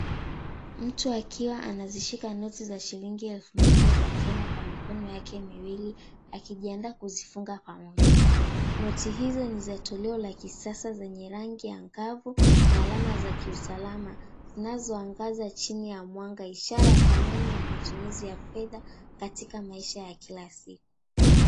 Mtu akiwa anazishika noti za shilingi elfu moja za Kenya kwa mikono yake miwili akijiandaa kuzifunga pamoja. Noti hizo ni za toleo la kisasa zenya rangi angavu na alama za kiusalama zinazoangaza chini ya mwanga ishara ya dhamani na matumizi ya fedha katika maisha ya kila siku.